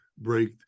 break